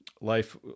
life